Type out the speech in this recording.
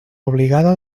obligada